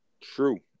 True